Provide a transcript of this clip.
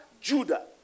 Judah